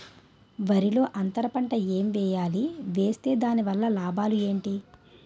వరిలో అంతర పంట ఎం వేయాలి? వేస్తే దాని వల్ల లాభాలు ఏంటి?